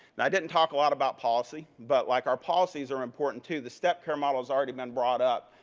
and i didn't talk a lot about policy, but like our policies are important too. the stepped care model has already been brought up.